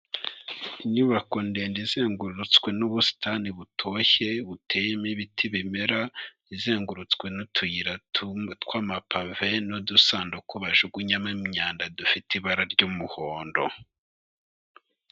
Inyubako ndende izengurutswe n'ubusitani butoshye, buteyemo ibiti bimera, izengurutswe n'utuyira tw'amapave, n'udusanduku bajugunyamo imyanda dufite ibara ry'umuhondo.